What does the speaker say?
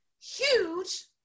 huge